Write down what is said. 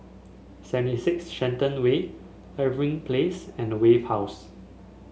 Seventy Six Shenton Way Irving Place and Wave House